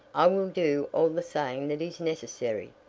i will do all the saying that is necessary,